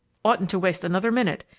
oughtn't to waste another minute.